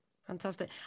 Fantastic